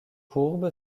courbe